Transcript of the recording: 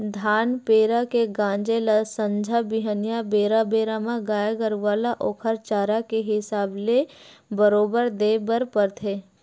धान पेरा के गांजे ल संझा बिहनियां बेरा बेरा म गाय गरुवा ल ओखर चारा के हिसाब ले बरोबर देय बर परथे